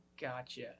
gotcha